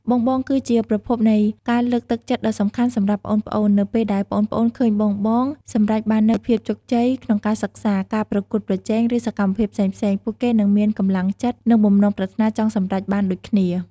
បងៗគឺជាប្រភពនៃការលើកទឹកចិត្តដ៏សំខាន់សម្រាប់ប្អូនៗ នៅពេលដែលប្អូនៗឃើញបងៗ សម្រេចបាននូវភាពជោគជ័យ ក្នុងការសិក្សា ការប្រកួតប្រជែង ឬសកម្មភាពផ្សេងៗ ពួកគេនឹងមាន កម្លាំងចិត្ត និងបំណងប្រាថ្នាចង់សម្រេចបានដូចគ្នា ។